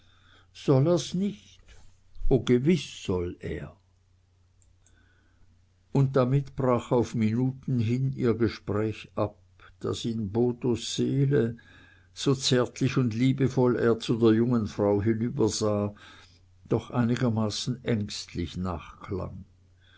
soll er's nicht o gewiß soll er und damit brach auf minuten hin ihr gespräch ab das in bothos seele so zärtlich und liebevoll er zu der jungen frau hinübersah doch einigermaßen ängstlich nachklang